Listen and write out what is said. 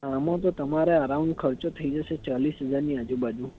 આમાં તો તમારે અરાઉન્ડ ખર્ચો થઈ જશે ચાલીસ હજારની આજુબાજુ